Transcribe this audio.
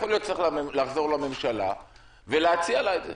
יכול להיות שצריך לחזור לממשלה ולהציע לה את זה.